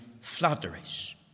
flatteries